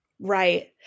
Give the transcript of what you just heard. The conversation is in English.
Right